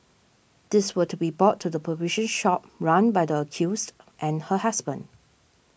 these were to be brought to the provision shop run by the accused and her husband